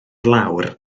lawr